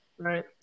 right